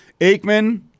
Aikman